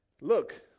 Look